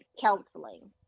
counseling